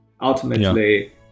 ultimately